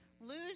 lose